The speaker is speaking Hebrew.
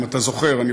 אם אתה זוכר.